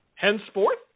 Henceforth